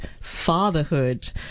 fatherhood